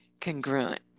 congruent